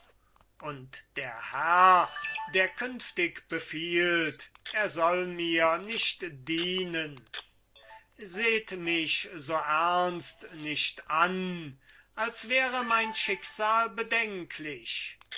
und der herr der künftig befiehlt er soll mir nicht dienen seht mich so ernst nicht an als wäre mein schicksal bedenklich